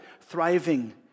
thriving